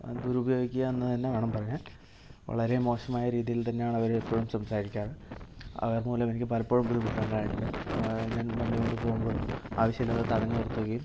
ദുരുപയോഗിക്കുക എന്ന് തന്നെ വേണം പറയാൻ വളരെ മോശമായ രീതിയിൽ തന്നെയാണ് അവര് എപ്പോഴും സംസാരിക്കാറ് അവർ മൂലം എനിക്ക് പലപ്പോഴും ബുദ്ധിമുട്ടുകളുണ്ടായിട്ടുണ്ട് ഞാൻ വണ്ടി കൊണ്ടു പോകുമ്പോഴും ആവശ്യമില്ലാതെ തടഞ്ഞു നിർത്തുകയും